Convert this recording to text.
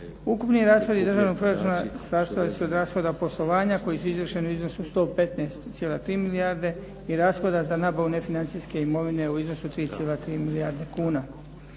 Ukupni rashodi državnog proračuna sastoje se od rashoda poslovanja koji su izvršeni u iznosu 115,3 milijarde i rashoda za nabavu nefinancijske imovine u iznosu od 3,3 milijarde kuna.